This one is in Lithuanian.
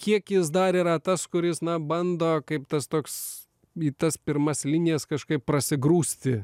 kiek jis dar yra tas kuris na bando kaip tas toks į tas pirmas linijas kažkaip prasigrūsti